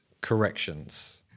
corrections